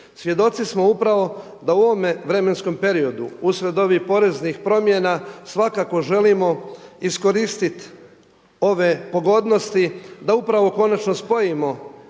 Svjedoci smo upravo da u ovome vremenskom periodu uslijed ovih poreznih promjena svakako želimo iskoristiti ove pogodnosti da upravo konačno spojimo